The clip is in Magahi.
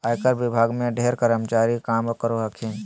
आयकर विभाग में ढेर कर्मचारी काम करो हखिन